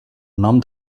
nom